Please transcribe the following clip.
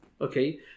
Okay